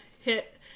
hit